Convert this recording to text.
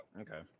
Okay